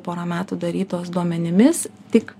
porą metų darytos duomenimis tik